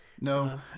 No